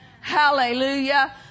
Hallelujah